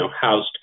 housed